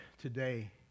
today